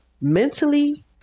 mentally